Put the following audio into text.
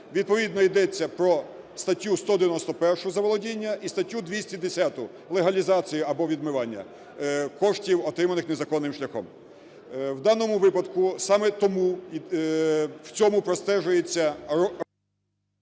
Відповідно йдеться про статтю 191 – "заволодіння" і статтю 210 – "легалізація або відмивання коштів, отриманих незаконним шляхом". В даному випадку саме тому в цьому простежується…